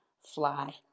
Fly